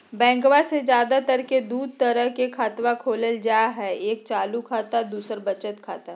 बैंकवा मे ज्यादा तर के दूध तरह के खातवा खोलल जाय हई एक चालू खाता दू वचत खाता